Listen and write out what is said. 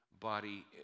Body